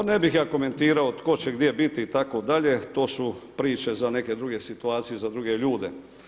Pa ne bih ja komentirao tko će gdje biti, itd. to su priče za neke druge situacije, za druge ljude.